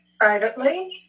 privately